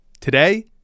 Today